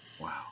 Wow